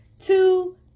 two